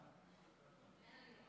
ההצעה